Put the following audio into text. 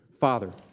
Father